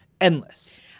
endless